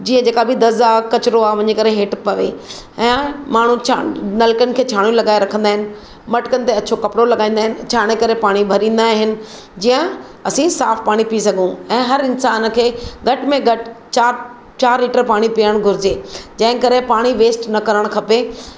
जीअं जेका बि दज़ आहे कचिरो आहे वञी करे हेठि पवे ऐं माण्हू छा नलिकनि खे छाणियूं लॻाए करे रखंदा अहिनि मटिकनि ते अछो कपिड़ो लगाईंदा आहिनि ऐं छाणे करे पाणी भरींदा आहिनि जीअं असीं साफ़ु पाणी पी सघूं ऐं हर इंसान खे घटि में घटि चार चार लीटर पाणी पीअणु घुरिजे जंहिं करे पाणी वेस्ट न करणु खपे